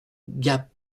gap